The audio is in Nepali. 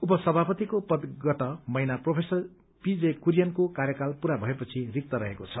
उपसभापतिको पद गत महिना प्रोफेसर पीजे कुनियनको कार्यकाल पूरा भएपछि रिक्त रहेको छ